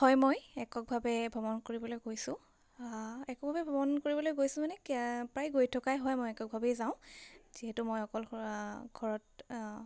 হয় মই এককভাৱে ভ্ৰমণ কৰিবলৈ গৈছোঁ এককভাৱে ভ্ৰমণ কৰিবলৈ গৈছোঁ মানে প্ৰায় গৈ থকাই হয় মই এককভাৱেই যাওঁ যিহেতু মই অকল ঘৰত